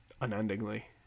unendingly